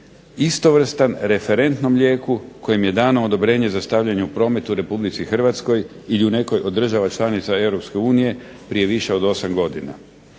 istovrsan referentnom lijeku kojem je dano odobrenje za stavljanje u promet u Republici Hrvatskoj ili u nekoj od država članica Europske unije prije više od 8 godina.